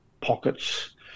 pockets